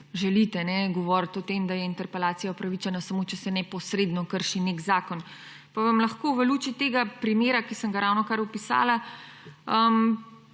želite govoriti o tem, da je interpelacija upravičena samo, če se neposredno krši zakon. Pa vam lahko v luči tega primera, ki sem ga ravnokar opisala,